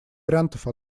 вариантов